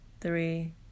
three